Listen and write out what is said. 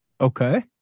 Okay